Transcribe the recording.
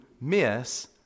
miss